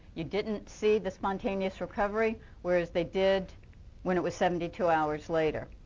you didn't see the spontaneous recovery, whereas they did when it was seventy two hours later.